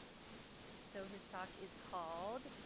so his talk is called.